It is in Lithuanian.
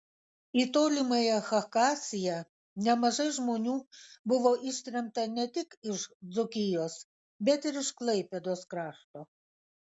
į tolimąją chakasiją nemažai žmonių buvo ištremta ne tik iš dzūkijos bet ir iš klaipėdos krašto